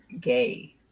gay